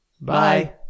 Bye